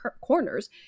corners